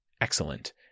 excellent